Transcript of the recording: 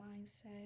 mindset